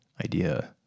idea